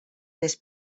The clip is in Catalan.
més